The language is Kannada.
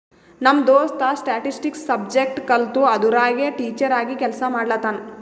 ನಮ್ ದೋಸ್ತ ಸ್ಟ್ಯಾಟಿಸ್ಟಿಕ್ಸ್ ಸಬ್ಜೆಕ್ಟ್ ಕಲ್ತು ಅದುರಾಗೆ ಟೀಚರ್ ಆಗಿ ಕೆಲ್ಸಾ ಮಾಡ್ಲತಾನ್